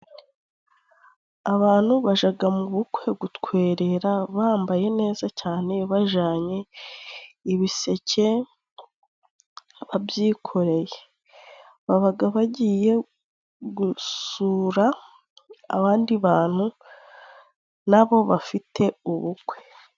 Abantu bajya mu bukwe gutwerera bambaye neza cyane, bajyanye ibiseke babyikoreye, baba bagiye gusura abandi bantu na bo bafite ubukwe.